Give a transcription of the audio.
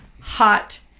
hot